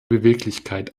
beweglichkeit